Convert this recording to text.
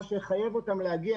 מה שיחייב אותם להגיע,